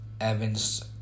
evans